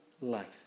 life